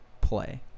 play